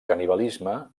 canibalisme